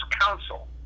Counsel